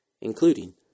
including